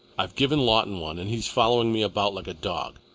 i've given lawton one, and he's following me about like a dog.